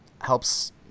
helps